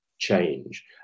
Change